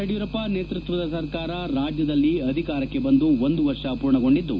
ಯಡಿಯೂರಪ್ಪ ನೇತೃತ್ವದ ಸರ್ಕಾರ ರಾಜ್ಯದಲ್ಲಿ ಅಧಿಕಾರಕ್ಕೆ ಬಂದು ಒಂದು ವರ್ಷ ಪೂರ್ಣಗೊಂಡಿದ್ದು